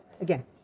Again